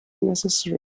necessary